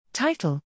Title